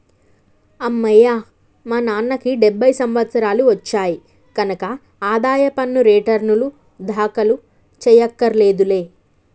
అమ్మయ్యా మా నాన్నకి డెబ్భై సంవత్సరాలు వచ్చాయి కనక ఆదాయ పన్ను రేటర్నులు దాఖలు చెయ్యక్కర్లేదులే